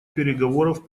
переговоров